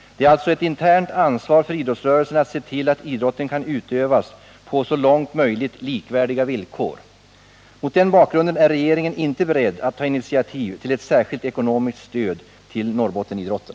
Det är alltså ett internt ansvar för idrottsrörelsen att se till att idrotten kan utövas på så långt möjligt likvärdiga villkor. Mot den bakgrunden är regeringen inte beredd att ta initiativ till ett särskilt ekonomiskt stöd till Norrbottenidrotten.